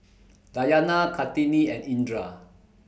Dayana Kartini and Indra